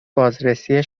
بازرسی